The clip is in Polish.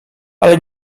ale